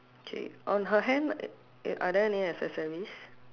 okay on her hand are there any accessories